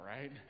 right